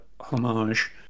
homage